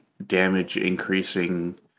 damage-increasing